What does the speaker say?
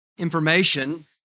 Information